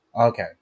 okay